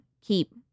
keep